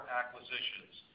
acquisitions